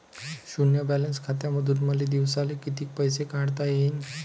शुन्य बॅलन्स खात्यामंधून मले दिवसाले कितीक पैसे काढता येईन?